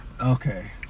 Okay